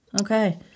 Okay